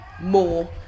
more